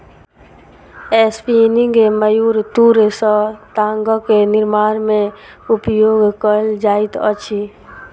spinning mule तूर सॅ तागक निर्माण में उपयोग कएल जाइत अछि